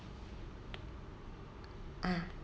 ah